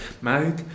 Mike